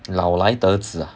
老来得子